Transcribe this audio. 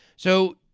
so,